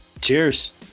cheers